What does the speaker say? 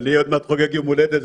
אני עוד מעט חוגג יום הולדת.